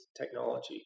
technology